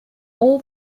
all